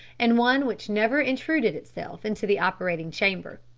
and one which never intruded itself into the operating chamber.